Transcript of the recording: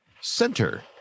center